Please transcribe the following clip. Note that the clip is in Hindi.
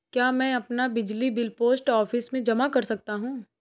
क्या मैं अपना बिजली बिल पोस्ट ऑफिस में जमा कर सकता हूँ?